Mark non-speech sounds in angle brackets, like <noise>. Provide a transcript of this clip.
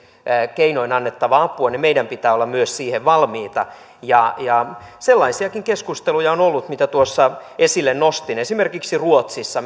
keinoin annettavaa apua niin meidän pitää olla myös siihen valmiita ja ja sellaisiakin keskusteluja on ollut mitä tuossa esille nostin esimerkiksi ruotsissa <unintelligible>